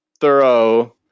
thorough